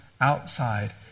outside